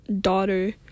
daughter